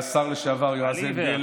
השר לשעבר יועז הנדל,